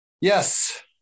yes